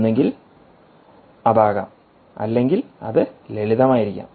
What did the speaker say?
ഒന്നുകിൽ അത് ആകാം അല്ലെങ്കിൽ അത് ലളിതമായിരിക്കാം